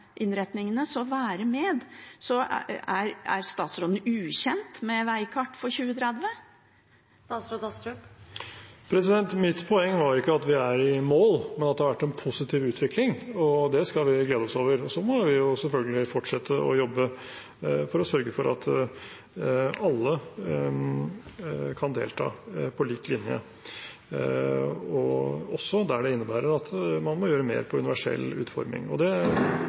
innretningene, så være med. Er statsråden ukjent med veikartet for 2030? Mitt poeng var ikke at vi er i mål, men at det har vært en positiv utvikling, og det skal vi glede oss over. Så må vi selvfølgelig fortsette å jobbe for å sørge for at alle kan delta på lik linje, også der det innebærer at man må gjøre mer på universell utforming. Det er et viktig poeng. Kommunene har et stort ansvar, og